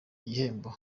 gihembo